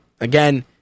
Again